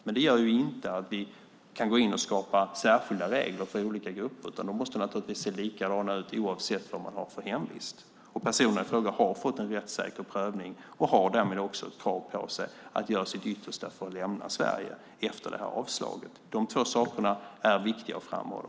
Det gör inte att vi kan gå in och skapa särskilda regler för olika grupper, utan de måste naturligtvis se likadana ut oavsett vad man har för hemvist. Personerna i fråga har fått en rättssäker prövning och har därmed också ett krav på sig att göra sitt yttersta för att lämna Sverige efter avslaget. De två sakerna är också viktiga att framhålla.